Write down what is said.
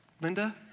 Linda